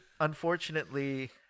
unfortunately